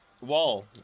wall